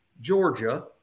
Georgia